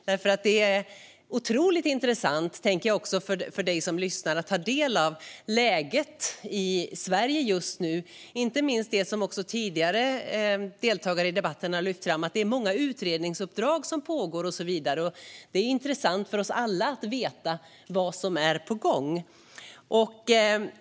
Det är otroligt intressant, också för den som lyssnar, att ta del av läget i Sverige just nu, inte minst när det gäller det som tidigare talare tagit upp om att det är många utredningsuppdrag som pågår och så vidare. Det är intressant för oss alla att veta vad som är på gång.